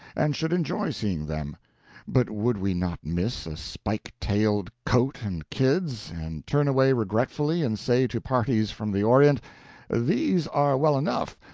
and should enjoy seeing them but would we not miss a spike-tailed coat and kids, and turn away regretfully, and say to parties from the orient these are well enough,